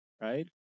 right